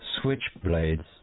switchblades